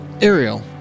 Ariel